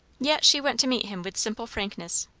yet she went to meet him with simple frankness.